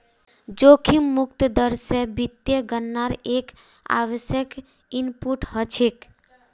जोखिम मुक्त दर स वित्तीय गणनार एक आवश्यक इनपुट हछेक